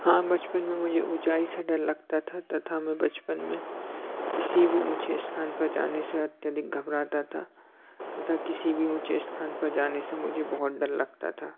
हाँ बचपन में मुझे ऊँचाई से डर लगता था तथा मैं बचपन में किसी भी ऊँचे स्थान पर जाने से अत्यधिक घबराता था तथा किसी भी ऊँचे स्थान पर जाने से मुझे बहुत डर लगता था